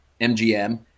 MGM